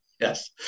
Yes